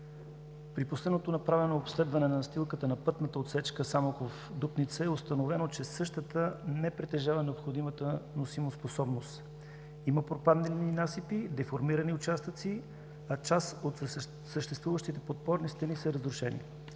При последното направено обследване на настилката на пътната отсечка Самоков – Дупница е установено, че същата не притежава необходимата носимоспособност – има пропаднали насипи, деформирани участъци, а част от съществуващите подпорни стени са разрушени.